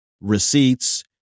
receipts